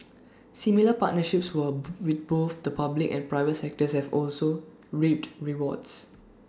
similar partnerships were with both the public and private sectors have also reaped rewards